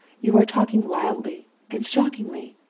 you are talking wildly and shockingly.